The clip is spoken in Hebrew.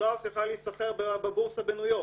שטראוס יכלה להיסחר בבורסה בניו יורק.